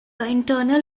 internal